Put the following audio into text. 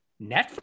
Netflix